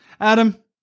Adam